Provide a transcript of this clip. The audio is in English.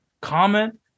comment